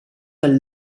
del